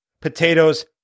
potatoes